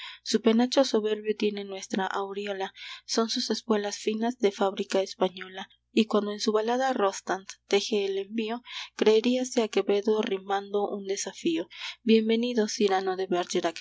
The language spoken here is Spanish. su penacho soberbio tiene nuestra aureola son sus espuelas finas de fábrica española y cuando en su balada rostand teje el envío creeríase a quevedo rimando un desafío bienvenido cyrano de